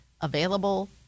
available